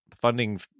funding